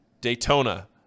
Daytona